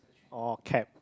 oh cab